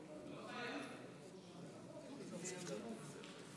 בבקשה, שלוש דקות.